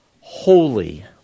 holy